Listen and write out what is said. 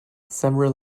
several